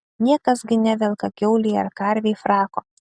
niekas gi nevelka kiaulei ar karvei frako